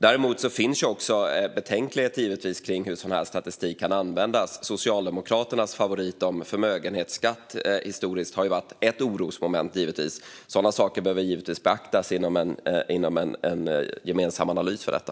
Däremot finns det givetvis betänkligheter kring hur sådan här statistik kan användas. Socialdemokraternas favorit om förmögenhetsskatt historiskt har ju varit ett orosmoment. Sådana saker behöver givetvis beaktas inom en gemensam analys av detta.